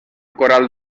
coral